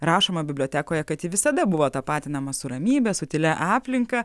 rašoma bibliotekoje kad ji visada buvo tapatinama su ramybe su tylia aplinka